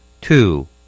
Two